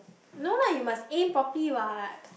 no lah you must aim properly what